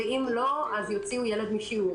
ואם לא יביא אז יוציאו ילד משיעור.